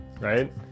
right